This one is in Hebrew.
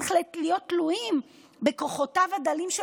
צריך להיות תלויים בכוחותיו הדלים של